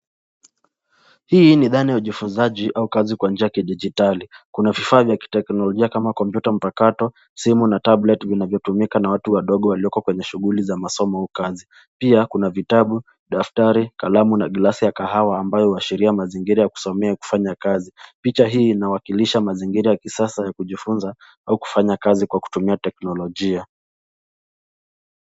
Hii ni dhana ya ujifunzaji au kazi kwa njia ya kidijitali. Kuna vifaa vya kiteknologia kama kompyuta mpakato, simu na tablet vinavyotumika na watu wadogo walioko kwenye shughuli za masomo au kazi. Pia kuna vitabu, daftari, kalamu na gilasi ya kahawa ambayo huashiria mazingira ya kusomea au kufanya kazi. Picha hii inawakilisha mazingira ya kisasa ya kujifunza au kufanya kazi kwa kutumia teknolojia.